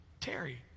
Terry